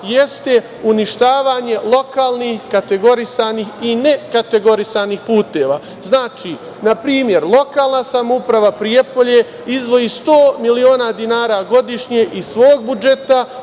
jeste uništavanje lokalnih kategorisanih i nekategorisanih puteva. Znači, na primer, lokalna samouprava Prijepolje izdvoji 100 miliona dinara godišnje iz svog budžeta,